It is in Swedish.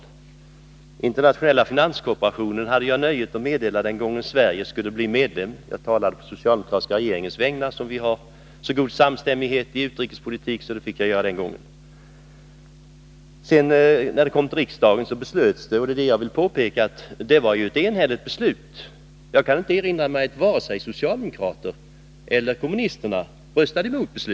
Nr 138 Den gången Sverige skulle bli medlem av Internationella finansieringsbo 4 a n 5 S Onsdagen den laget hade jag nöjet att i FN tala på den socialdemokratiska regeringens |: EM = SE 5 maj 1982 vägnar; vi hade så god samstämmighet i utrikespolitiken att jag fick göra det. När frågan kom till riksdagen blev beslutet enhälligt; jag kan inte erinra mig Internationellt att vare sig socialdemokrater eller kommunister röstade emot det.